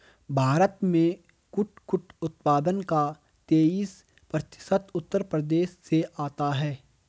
भारत में कुटकुट उत्पादन का तेईस प्रतिशत उत्तर प्रदेश से आता है